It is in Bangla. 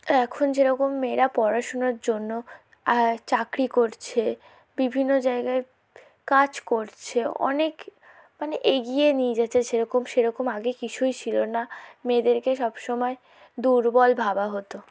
এখন যেরকম মেয়েরা পড়াশুনোর জন্য চাকরি করছে বিভিন্ন জায়গায় কাজ করছে অনেক মানে এগিয়ে নিয়ে যাচ্ছে সেরকম সেরকম আগে কিছুই ছিল না মেয়েদেরকে সবসময় দুর্বল ভাবা হতো